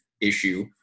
issue